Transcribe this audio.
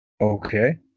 Okay